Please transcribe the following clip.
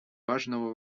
важного